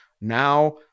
now